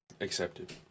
Accepted